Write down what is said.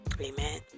Amen